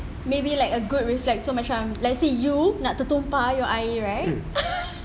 maybe like a good reflex so macam you nak tertumpah your air right